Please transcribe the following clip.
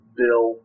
bill